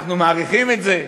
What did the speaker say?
אנחנו מעריכים את זה.